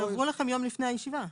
הועברו לכם יום לפני הישיבה.